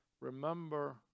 remember